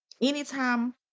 anytime